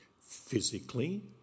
physically